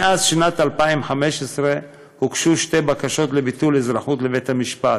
מאז שנת 2015 הוגשו שתי בקשות לביטול אזרחות לבית-המשפט: